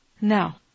Now